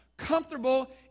comfortable